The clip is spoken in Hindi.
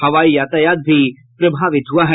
हवाई यातायात भी प्रभावित हुआ है